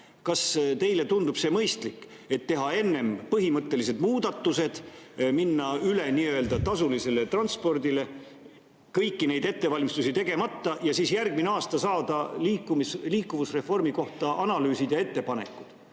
Kas teile tundub mõistlik teha enne põhimõttelised muudatused, minna üle tasulisele transpordile kõiki neid ettevalmistusi tegemata ja siis järgmine aasta saada liikuvusreformi kohta analüüsid ja ettepanekud?